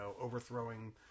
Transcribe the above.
overthrowing